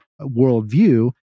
worldview